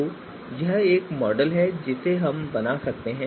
तो यह एक मॉडल है जिसे हम बना सकते हैं